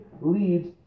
leads